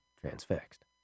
transfixed